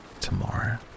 Tomorrow